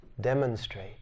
demonstrate